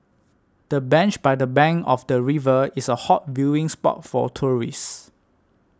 the bench by the bank of the river is a hot viewing spot for tourists